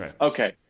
okay